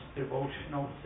devotional